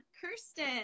Kirsten